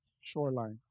Shoreline